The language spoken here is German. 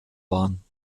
waren